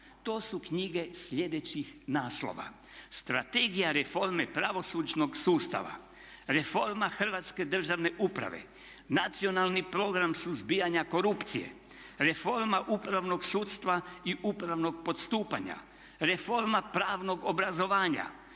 To su knjige sljedećih naslova: "Strategija reforme pravosudnog sustava", "Reforma hrvatske državne uprave", "Nacionalni program suzbijanja korupcije", "Reforma upravnog sudstva i upravnog postupanja", "Reforma pravnog obrazovanja",